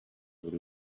buri